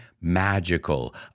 magical